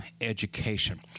education